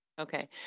Okay